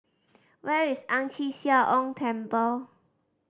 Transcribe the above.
where is Ang Chee Sia Ong Temple